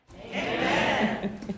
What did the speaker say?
Amen